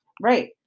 Right